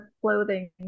clothing